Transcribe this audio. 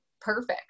perfect